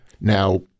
Now